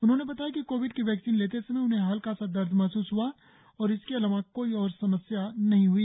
उन्होंने बताया कि कोविड की वैक्सीन लेते समय उन्हें हल्का सा दर्द महस्रस हुआ और इसके अलावा कोई और समस्या नहीं हुई